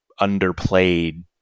underplayed